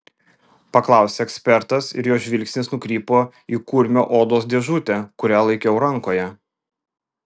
paklausė ekspertas ir jo žvilgsnis nukrypo į kurmio odos dėžutę kurią laikiau rankoje